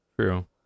True